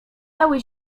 cały